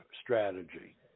strategy